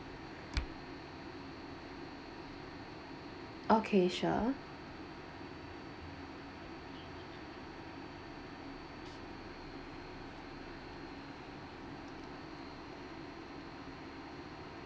okay sure